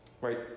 Right